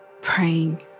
praying